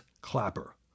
Clapper